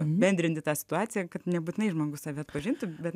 apibendrinti tą situaciją kad nebūtinai žmogus save atpažintų bet